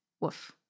woof